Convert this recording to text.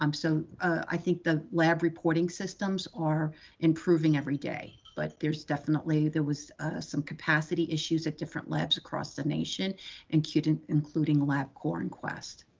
um so i think the lab reporting systems are improving every day, but there's definitely, there was some capacity issues at different labs across the nation and including labcorp and quest.